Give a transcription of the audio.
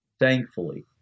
thankfully